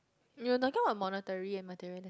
you were talking about monetary and materiali~